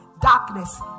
darkness